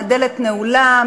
הדלת נעולה.